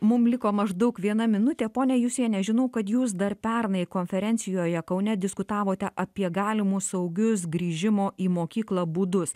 mum liko maždaug viena minutė ponia jusiene žinau kad jūs dar pernai konferencijoje kaune diskutavote apie galimus saugius grįžimo į mokyklą būdus